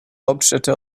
hauptstädte